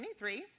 23